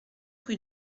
rue